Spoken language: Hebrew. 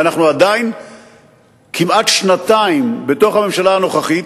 ואנחנו כמעט שנתיים בתוך הממשלה הנוכחית